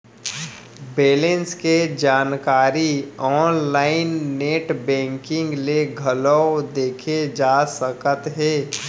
balance के जानकारी online net banking ले घलौ देखे जा सकत हे